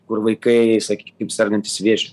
kur vaikai sakykim sergantys vėžiu